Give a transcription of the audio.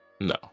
No